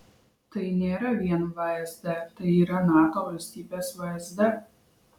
tai nėra vien vsd tai yra nato valstybės vsd